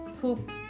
poop